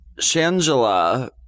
shangela